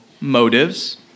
motives